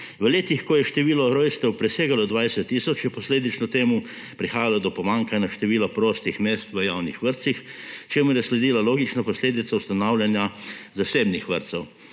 V letih, ko je število rojstev presegalo 20 tisoč, je posledično temu prihajalo do pomanjkanja števila prostih mest v javnih vrtcih, čemur je sledila logična posledica ustanavljanja zasebnih vrtcev.